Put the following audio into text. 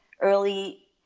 early